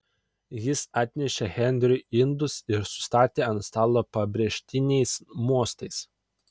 jis atnešė henriui indus ir sustatė ant stalo pabrėžtinais mostais